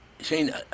Shane